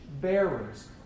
bearers